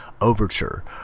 Overture